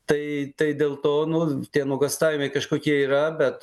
tai tai dėl to nu tie nuogąstavimai kažkokie yra bet